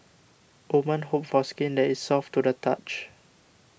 women hope for skin that is soft to the touch